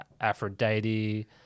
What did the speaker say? Aphrodite